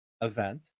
event